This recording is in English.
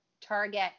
Target